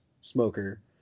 smoker